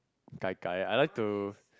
gai gai I like to